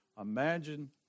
Imagine